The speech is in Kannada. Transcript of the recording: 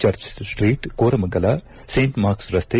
ಚರ್ಚ್ಸ್ಟೀಟ್ ಕೋರಮಂಗಲ ಸೇಂಟ್ ಮಾರ್ಕ್ಸ್ ರಸ್ತೆ